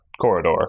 corridor